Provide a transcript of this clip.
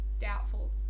Doubtful